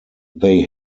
they